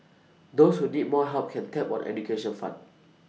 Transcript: those who need more help can tap on education fund